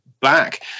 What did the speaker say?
back